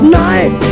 night